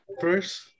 first